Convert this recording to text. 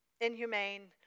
Inhumane